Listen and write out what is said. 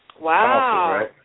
Wow